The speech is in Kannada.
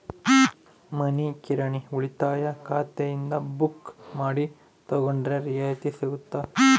ಮನಿ ಕಿರಾಣಿ ಉಳಿತಾಯ ಖಾತೆಯಿಂದ ಬುಕ್ಕು ಮಾಡಿ ತಗೊಂಡರೆ ರಿಯಾಯಿತಿ ಸಿಗುತ್ತಾ?